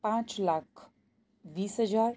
પાંચ લાખ વીસ હજાર